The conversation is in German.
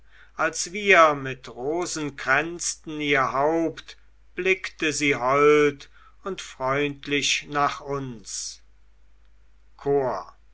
als wir mit rosen kränzten ihr haupt blickte sie hold und freundlich nach uns chor